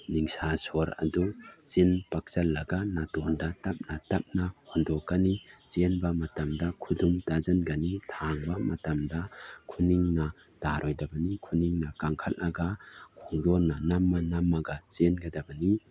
ꯅꯤꯡꯁꯥ ꯁ꯭ꯋꯔ ꯑꯗꯨ ꯆꯤꯟ ꯄꯛꯆꯟꯂꯥꯒ ꯅꯥꯇꯣꯟꯗ ꯇꯞꯅ ꯍꯣꯟꯗꯣꯛꯀꯅꯤ ꯆꯦꯟꯕ ꯃꯇꯝꯗ ꯈꯨꯇꯨꯝ ꯇꯥꯁꯤꯟꯒꯅꯤ ꯊꯥꯡꯕ ꯃꯇꯝꯗ ꯈꯨꯅꯤꯡꯅ ꯇꯥꯔꯣꯏꯗꯕꯅꯤ ꯈꯨꯅꯤꯡꯅ ꯀꯥꯡꯈꯠꯂꯒ ꯈꯣꯡꯗꯣꯟꯅ ꯅꯝꯃ ꯅꯝꯃꯒ ꯆꯦꯟꯒꯗꯕꯅꯤ